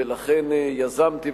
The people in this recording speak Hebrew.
ולכן יזמתי,